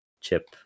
chip